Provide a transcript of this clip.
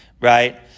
right